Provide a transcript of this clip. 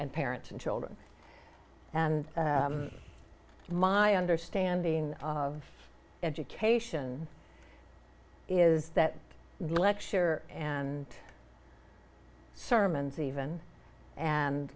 and parents and children and my understanding of education is that lecture and sermons even and